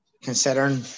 Considering